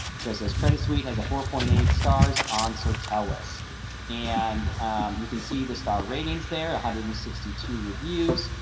so it says credit suite has four point eight stars on. sotellus and you can see the star ratings there one ah hundred and sixty two reviews.